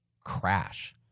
crash